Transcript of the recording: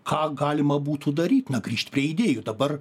ką galima būtų daryt na grįžt prie idejų dabar